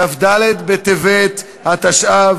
כ"ד בטבת התשע"ו,